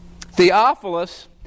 Theophilus